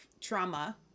trauma